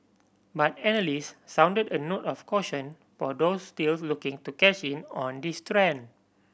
but analyst sounded a note of caution for those still looking to cash in on this trend